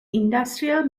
industrial